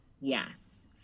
Yes